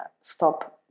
stop